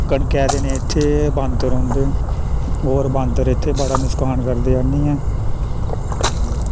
कनकै दिनें इत्थे बांदर औंदे होर बांदर इत्थे बड़ा नकसान करदे आनियै